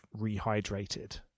rehydrated